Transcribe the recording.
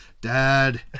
dad